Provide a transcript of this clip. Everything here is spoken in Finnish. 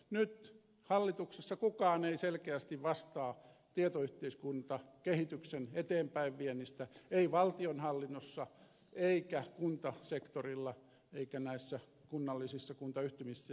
nyt hallituksessa kukaan ei selkeästi vastaa tietoyhteiskuntakehityksen eteenpäinviennistä ei valtionhallinnossa eikä kuntasektorilla eikä näissä kuntayhtymissä ja muissa